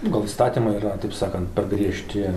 gal įstatymai yra taip sakant per griežti